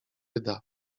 wyda